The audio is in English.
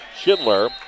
Schindler